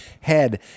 head